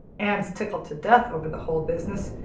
anne's tickled to death over the whole business,